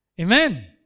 Amen